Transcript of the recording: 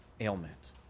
ailment